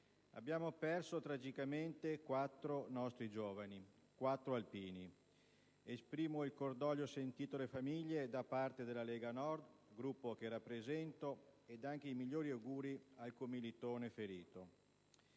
abbiamo perso tragicamente quattro nostri giovani, quattro alpini. Esprimo il cordoglio sentito alle famiglie da parte della Lega Nord, Gruppo che rappresento, e anche i migliori auguri al commilitone ferito.